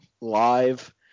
live